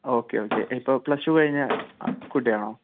okay okay ഇപ്പൊൾ plus two കഴിഞ്ഞ കുട്ടിയാണോ